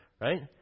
Right